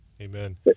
Amen